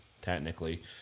technically